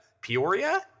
Peoria